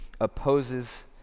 opposes